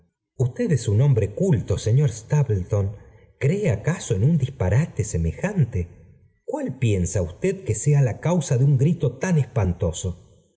usted es un hombre culto señor stapleton oree acaso en un disparate semejante cuál piensa usted que sea la causa de un grito tan esr